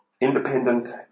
independent